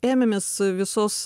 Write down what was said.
ėmėmės visos